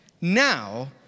now